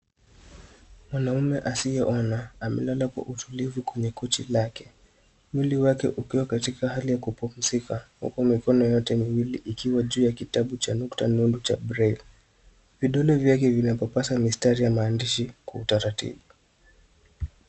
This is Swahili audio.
Mwanaume asiyeona amelala kwa utulivu kwenye kochi lake. Mwili wake ukiwa katika hali ya kupumzika huku mikono yote miwili ikiwa juu ya kitabu cha nukta muhimu cha Braille . Vidole vyake vinapapasa mistari ya maandishi kwa utaratibu.